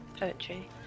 poetry